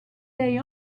day